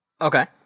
Okay